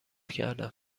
کردم